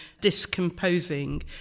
discomposing